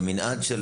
זה מנעד,